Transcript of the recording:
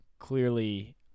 clearly